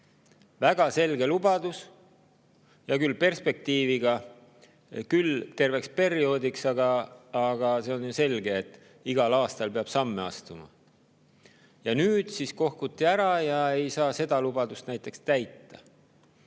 Väga selge lubadus. Perspektiiviga küll terveks perioodiks, aga see on ju selge, et igal aastal peab samme astuma. Nüüd kohkuti ära ja seda lubadust ei saa täita.